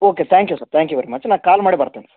okay thank you sir thank you very much ನಾನು call ಮಾಡಿ ಬರ್ತೀನಿ ಸರ್